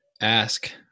ask